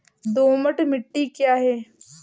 दोमट मिट्टी क्या है?